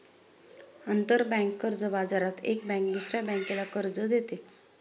आंतरबँक कर्ज बाजारात एक बँक दुसऱ्या बँकेला कर्ज देते